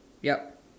yup